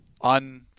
on